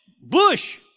bush